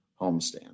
homestand